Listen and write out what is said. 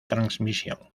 transmisión